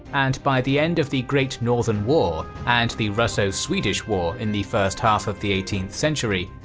and by the end of the great northern war and the russo-swedish war in the first half of the eighteenth century,